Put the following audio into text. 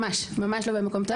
ממש לא במקום טוב.